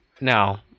No